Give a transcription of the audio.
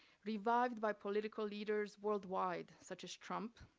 revived by political leaders worldwide, such as trump,